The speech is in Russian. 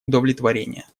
удовлетворения